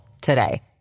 today